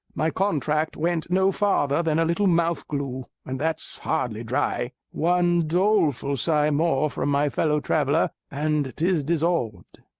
my contract went no farther than a little mouth-glue, and that's hardly dry one doleful sigh more from my fellow-traveller and tis dissolved.